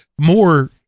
more